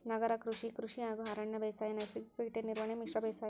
ನಗರ ಕೃಷಿ, ಕೃಷಿ ಹಾಗೂ ಅರಣ್ಯ ಬೇಸಾಯ, ನೈಸರ್ಗಿಕ ಕೇಟ ನಿರ್ವಹಣೆ, ಮಿಶ್ರ ಬೇಸಾಯ